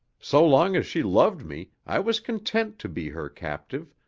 so long as she loved me i was content to be her captive,